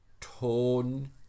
tone